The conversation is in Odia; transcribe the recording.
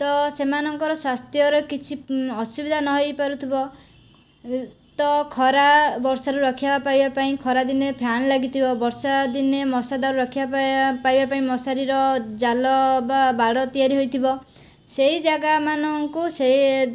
ତ ସେମାନଙ୍କର ସ୍ବାସ୍ଥ୍ୟର କିଛି ଅସୁବିଧା ନ ହେଇ ପାରୁଥିବ ତ ଖରା ବର୍ଷାରୁ ରକ୍ଷା ପାଇବା ପାଇଁ ଖରା ଦିନେ ଫ୍ୟାନ ଲାଗିଥିବ ବର୍ଷା ଦିନେ ମଶା ଦାଉରୁ ରକ୍ଷା ପାଇବା ପାଇଁ ମଶାରିର ଜାଲ ବା ବାଡ଼ ତିଆରି ହୋଇ ଥିବ ସେଇ ଜାଗା ମାନଙ୍କୁ ସେ